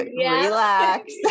relax